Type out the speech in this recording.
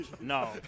No